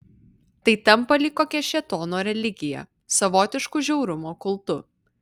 tai tampa lyg kokia šėtono religija savotišku žiaurumo kultu